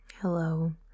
Hello